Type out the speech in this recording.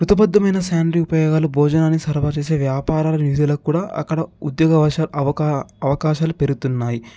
ఉపయోగాలు భోజనాన్ని సర్వ చేసే వ్యాపారాలు విధులకు కూడా అక్కడ ఉద్యోగ వర్షాలు అవకా అవకాశాలు పెరుగుతున్నాయి